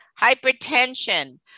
hypertension